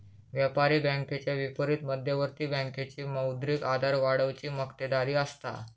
व्यापारी बँकेच्या विपरीत मध्यवर्ती बँकेची मौद्रिक आधार वाढवुची मक्तेदारी असता